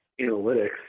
analytics